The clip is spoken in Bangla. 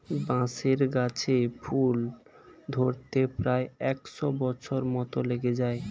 বাঁশের গাছে ফুল ধরতে প্রায় একশ বছর মত লেগে যায়